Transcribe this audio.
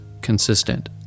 consistent